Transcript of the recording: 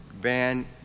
Van